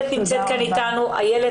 כשהנוער בבית,